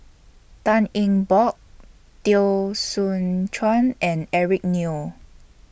Tan Eng Bock Teo Soon Chuan and Eric Neo